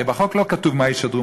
הרי בחוק לא כתוב מה ישדרו,